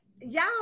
y'all